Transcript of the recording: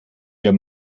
wir